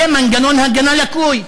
זה מנגנון הגנה לקוי.